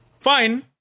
Fine